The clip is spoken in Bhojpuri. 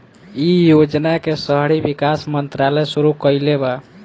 इ योजना के शहरी विकास मंत्रालय शुरू कईले बा